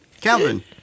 Calvin